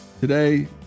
Today